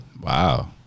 Wow